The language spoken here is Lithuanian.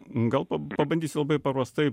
gal pa pabandysiu labai paprastai